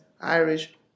Irish